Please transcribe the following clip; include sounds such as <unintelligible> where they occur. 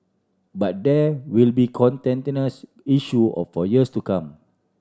but there will be <unintelligible> issue of for years to come